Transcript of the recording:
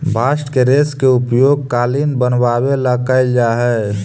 bast के रेश के उपयोग कालीन बनवावे ला कैल जा हई